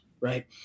right